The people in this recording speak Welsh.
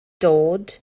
dod